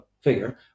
figure